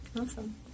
Awesome